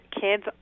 kids